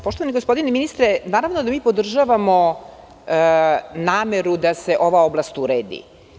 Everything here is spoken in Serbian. Poštovani gospodine ministre, naravno da mi podržavamo nameru da se ova oblast uredi.